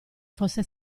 fosse